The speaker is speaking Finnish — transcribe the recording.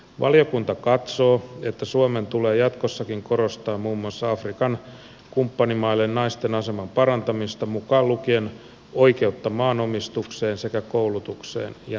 valiokunta katsoo että suomen tulee jatkossakin korostaa muun muassa afrikan kumppanimaille naisten aseman parantamista mukaan lukien oikeutta maanomistukseen sekä koulutukseen ja neuvontaan